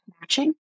matching